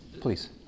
please